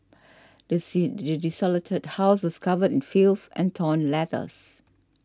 this desolated house was covered in filth and torn letters